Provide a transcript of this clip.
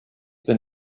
been